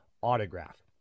autograph